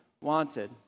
wanted